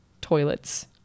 toilets